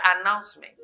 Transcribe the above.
announcement